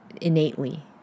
innately